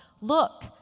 Look